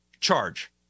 charge